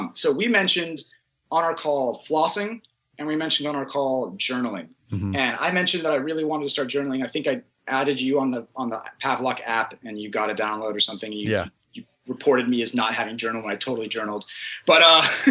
um so we mentioned on our call flossing and we mentioned on our call journaling and i have mentioned that i really want to start journaling, i think i added you on the on the pavlok app and you got it downloaded or something. you yeah you reported me as not having journal, i totally journaled but